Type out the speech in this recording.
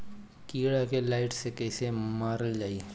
कीड़ा के लाइट से कैसे मारल जाई?